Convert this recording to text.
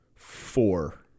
four